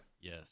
Yes